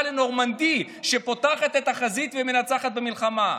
לנורמנדי שפותחת את החזית ומנצחת במלחמה.